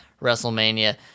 Wrestlemania